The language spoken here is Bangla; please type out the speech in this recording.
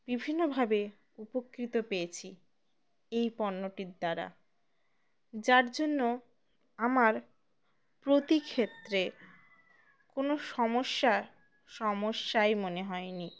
বিভিন্নভাবে উপকৃত হয়েছি এই পণ্যটির দ্বারা যার জন্য আমার প্রতি ক্ষেত্রে কোনো সমস্যা সমস্যাই মনে হয়নি